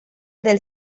del